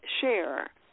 share